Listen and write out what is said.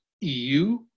EU